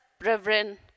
Reverend